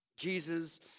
Jesus